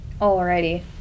Alrighty